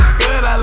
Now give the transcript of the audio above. good